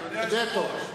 אדוני היושב-ראש,